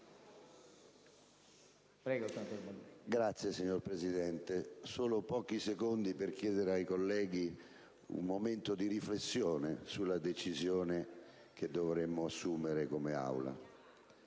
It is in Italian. Grazie, signor Presidente. Vorrei solo chiedere ai colleghi un momento di riflessione sulla decisione che dovremo assumere come